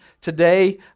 today